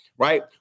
right